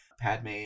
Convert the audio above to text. Padme